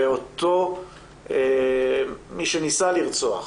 ואותו מי שניסה לרצוח,